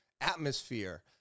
atmosphere